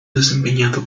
desempeñado